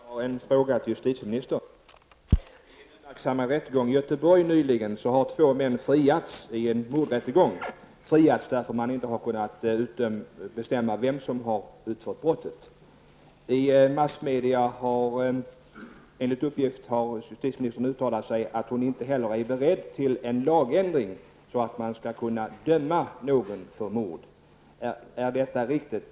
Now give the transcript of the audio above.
Herr talman! Jag har en fråga till justitieministern. Nyligen friades två män i en uppmärksammad mordrättegång i Göteborg. Männen har friats därför att man inte har kunnat bestämma vem av de båda som har utfört brottet. Enligt uppgifter i massmedia har justitieministern uttalat sig och sagt att hon inte är beredd att verka för en lagändring för att det därmed skall vara möjligt att döma någon för mord. Är detta riktigt?